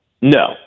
No